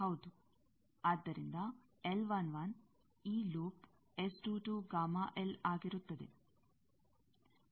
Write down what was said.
ಆದ್ದರಿಂದ ಈ ಲೂಪ್ ಆಗಿರುತ್ತದೆ